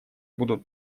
будут